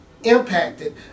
Impacted